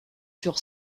sur